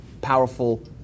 powerful